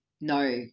no